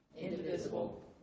indivisible